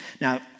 Now